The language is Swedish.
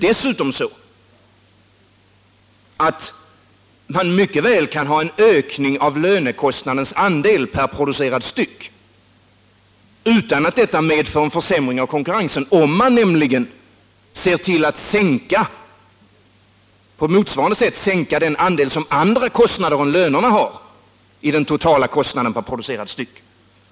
Dessutom kan man mycket väl ha en ökning av lönekostnadsandelen per producerad enhet utan att detta medför en försämring av konkurrensförmågan, nämligen om man sänker den andel som andra kostnader än lönerna utgör av den totala kostnaden per producerad enhet.